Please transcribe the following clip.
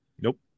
Nope